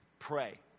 pray